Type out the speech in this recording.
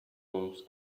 rooms